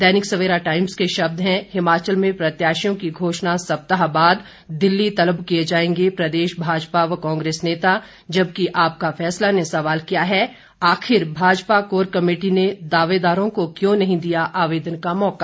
दैनिक Savera times के शब्द हैं हिमाचल में प्रत्याशियों की घोषणा सप्ताह बाद दिल्ली तलब किये जाएंगे प्रदेश भाजपा व कांग्रेस नेता जबकि आपका फैसला ने सवाल किया है आखिर भाजपा कोर कमेटी ने दावेदारों को क्यों नहीं दिया आवेदन का मौका